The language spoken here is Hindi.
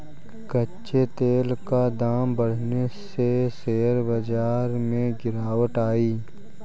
कच्चे तेल का दाम बढ़ने से शेयर बाजार में गिरावट आई